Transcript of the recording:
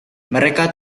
mereka